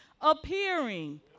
appearing